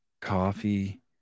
Coffee